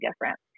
different